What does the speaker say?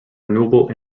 renewable